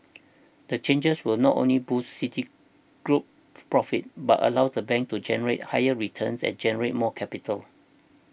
the changes will not only boost Citigroup's profits but allow the bank to generate higher returns and generate more capital